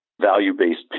value-based